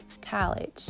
college